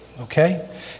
Okay